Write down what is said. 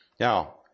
Now